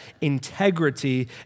integrity